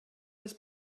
des